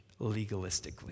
legalistically